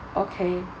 okay